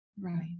Right